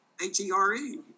H-E-R-E